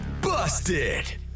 busted